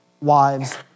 wives